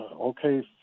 okay